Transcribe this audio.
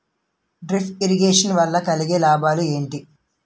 Drip irrigation వల్ల కలిగే లాభాలు ఏంటి?